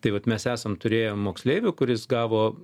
tai vat mes esam turėję moksleivių kuris gavo